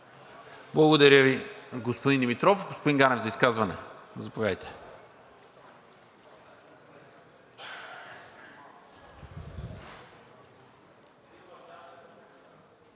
Благодаря Ви, господин Димитров. Господин Ганев, за изказване – заповядайте.